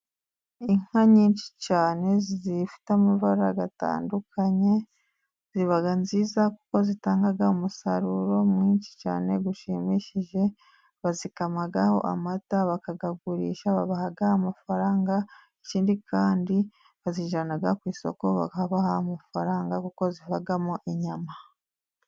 Inka nyinshi cyane zifite amabara atandukanye ziba nziza kuko zitanga umusaruro mwinshi cyane ushimishije, bazikamaho amata bakayagurisha, babaha amafaranga ikindi kandi bazijyana ku isoko bakabaha amafaranga kuko zivamo inyama.